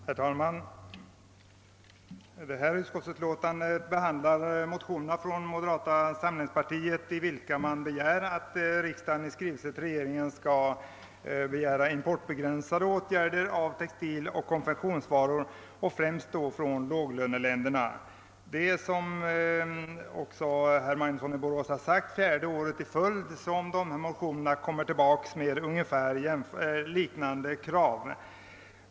Herr talman! Bankoutskottets utlåtande nr 22 behandlar motioner från moderata samlingspartiet, i vilka föreslås alt riksdagen i skrivelse till regeringen skall begära importbegränsande åtgärder i fråga om textiloch konfektionsvaror, främst då beträffande import från låglöneländerna. Det är, som herr Magnusson i Borås redan har påpekat, fjärde året i följd som dessa motioner framför liknande krav.